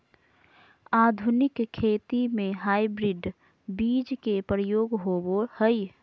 आधुनिक खेती में हाइब्रिड बीज के प्रयोग होबो हइ